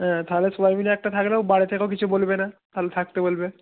হ্যাঁ তাহলে সবাই মিলে একটা থাকলেও বাড়ি থেকেও কিছু বলবে না তাহলে থাকতে বলবে